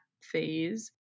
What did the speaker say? phase